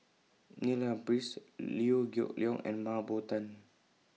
Neil Humphreys Liew Geok Leong and Mah Bow Tan